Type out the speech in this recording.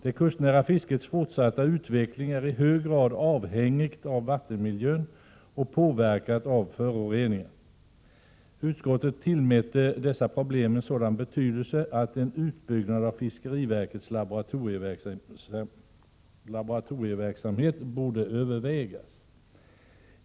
Det kustnära fiskets fortsatta utveckling är i hög grad avhängig av vattenmiljön och påverkad av föroreningar. Utskottet tillmäter dessa problem så stor betydelse att en utbyggnad av fiskeverkets laboratorieverksamhet bör övervägas.